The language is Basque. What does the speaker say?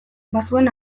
bazuen